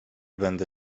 będę